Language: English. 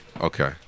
okay